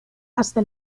hasta